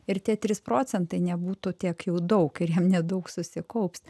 ir tie trys procentai nebūtų tiek jau daug ir jam nedaug susikaups